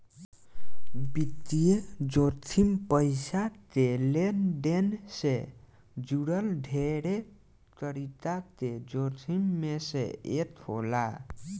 वित्तीय जोखिम पईसा के लेनदेन से जुड़ल ढेरे तरीका के जोखिम में से एक होला